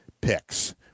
picks